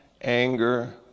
anger